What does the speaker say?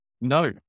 No